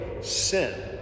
sin